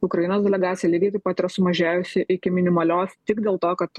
ukrainos delegacija lygiai taip pat yra sumažėjusi iki minimalios tik dėl to kad